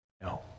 No